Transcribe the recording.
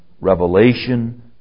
revelation